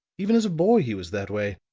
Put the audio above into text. even as a boy he was that way.